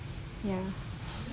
ya